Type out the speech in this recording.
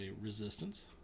resistance